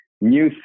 new